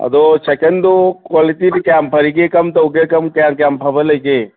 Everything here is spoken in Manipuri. ꯑꯗꯣ ꯁꯥꯏꯀꯜꯗꯣ ꯀ꯭ꯋꯥꯂꯤꯇꯤꯗꯤ ꯀꯌꯥꯝ ꯐꯔꯤꯒꯦ ꯀꯔꯝ ꯇꯧꯒꯦ ꯀꯔꯝ ꯀꯌꯥꯝ ꯀꯌꯥꯝ ꯐꯕ ꯂꯩꯒꯦ